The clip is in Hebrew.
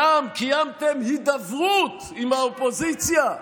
שם קיימתם הידברות עם האופוזיציה,